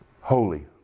Holy